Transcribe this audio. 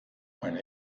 meine